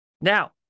Now